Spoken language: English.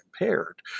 impaired